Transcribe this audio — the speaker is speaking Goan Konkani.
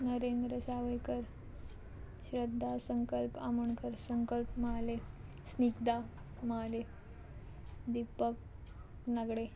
नरेंद्र सावयकर श्रद्धा संकल्प आमोणकर संकल्प महाले स्निदा महाले दिपक नागडे